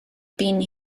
been